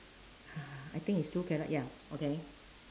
uh I think it's two carrot ya okay